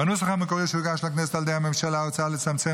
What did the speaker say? בנוסח המקורי שהוגש לכנסת על ידי הממשלה הוצע לצמצם